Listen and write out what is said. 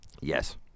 yes